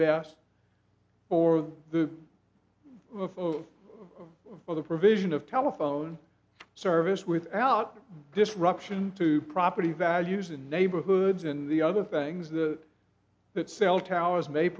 best for the of for the provision of telephone service without disruption to property values in neighborhoods and the other things that that cell towers may